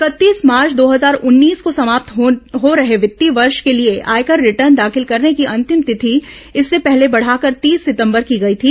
इकतीस मार्च दो हजार उन्नीस को समाप्त हो रहे वित्तीय वर्ष के लिए आयकर रिटर्न दाखिल करने की अंतिम तिथि इससे पहले बढ़ाकर तीस सितंबर की गई थी